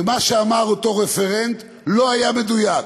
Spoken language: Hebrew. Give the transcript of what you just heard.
ומה שאמר אותו רפרנט לא היה מדויק.